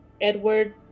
Edward